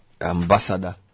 ambassador